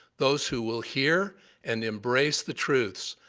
those who will hear and embrace the truths,